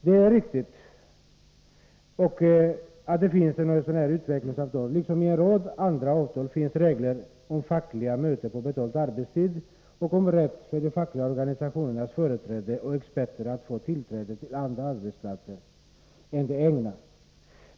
Det är riktigt att det finns ett sådant utvecklingsavtal liksom att det i en rad andra avtal finns regler om fackliga möten på betald arbetstid och om rätt för de fackliga organisationernas företrädare och experter att få tillträde till andra arbetsplatser än de egna.